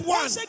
one